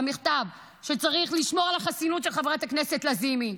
למכתב שצריך לשמור על החסינות של חברת הכנסת לזימי,